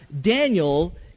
Daniel